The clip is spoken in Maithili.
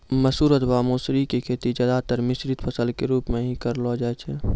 मसूर अथवा मौसरी के खेती ज्यादातर मिश्रित फसल के रूप मॅ हीं करलो जाय छै